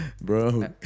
Bro